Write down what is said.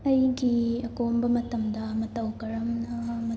ꯑꯩꯒꯤ ꯑꯀꯣꯝꯕ ꯃꯇꯝꯗ ꯃꯇꯧ ꯀꯔꯝꯅ